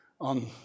on